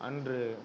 அன்று